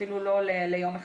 ואפילו לא ליום אחד.